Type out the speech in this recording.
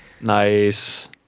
Nice